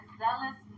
zealous